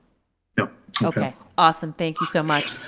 yeah okay, awesome. thank you so much.